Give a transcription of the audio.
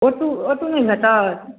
auto auto नहि भेटत